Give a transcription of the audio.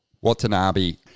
Watanabe